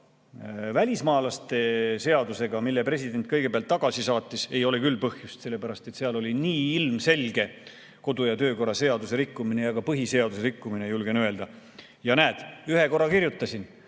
seda välismaalaste seadusega, mille president kõigepealt tagasi saatis, ei ole küll põhjust, sellepärast et seal oli nii ilmselge kodu‑ ja töökorra seaduse rikkumine ja ka põhiseaduse rikkumine, julgen öelda. Ja näed, ühe korra kirjutasin,